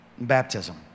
Baptism